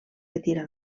retira